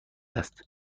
است